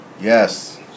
Yes